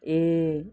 ए